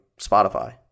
Spotify